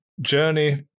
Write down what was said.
journey